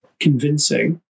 Convincing